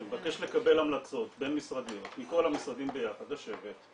שמבקש לקבל המלצות בין משרדיות מכל המשרדים ביחד לשבת,